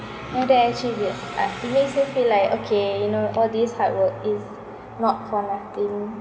and that actually be a uh it made also feel like okay you know all this hard work is not for nothing